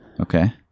Okay